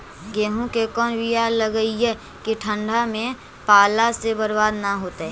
गेहूं के कोन बियाह लगइयै कि ठंडा में पाला से बरबाद न होतै?